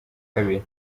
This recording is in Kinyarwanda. kabiri